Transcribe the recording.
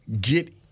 get